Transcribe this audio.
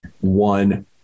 one